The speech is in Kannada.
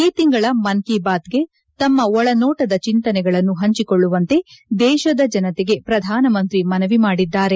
ಈ ತಿಂಗಳ ಮನ್ ಕಿ ಬಾತ್ಗೆ ತಮ್ಮ ಒಳನೋಟದ ಚಿಂತನೆಗಳನ್ನು ಪಂಚಿಕೊಳ್ಳುವಂತೆ ದೇಶದ ಜನಶೆಗೆ ಪ್ರಧಾನ ಮಂತ್ರಿ ಮನವಿ ಮಾಡಿದ್ದಾರೆ